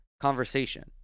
conversation